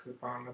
coupon